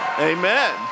Amen